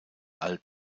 alt